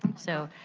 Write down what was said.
so,